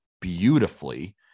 beautifully